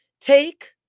take